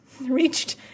reached